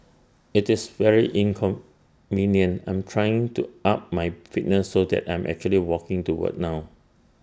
IT is very inconvenient I'm trying to up my fitness so that I'm actually walking to work now